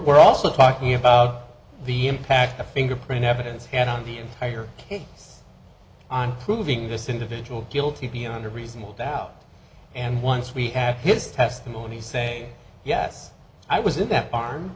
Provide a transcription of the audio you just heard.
we're also talking about the impact a fingerprint evidence had on the entire case on proving this individual guilty beyond a reasonable doubt and once we had his testimony say yes i was in that arm